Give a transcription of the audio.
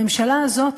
הממשלה הזאת,